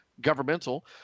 governmental